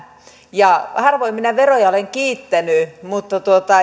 harvoin minä veroja olen kiittänyt mutta